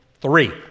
three